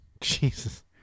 Jesus